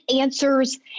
answers